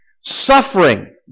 suffering